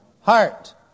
Heart